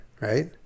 Right